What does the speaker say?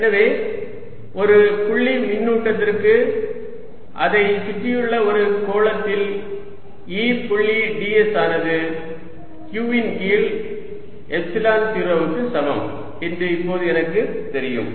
எனவே ஒரு புள்ளிக் மின்னூட்டத்திற்கு அதைச் சுற்றியுள்ள ஒரு கோளத்தில் E புள்ளி ds ஆனது q ன் கீழ் எப்சிலன் 0 க்கு சமம் என்று இப்போது எனக்குத் தெரியும்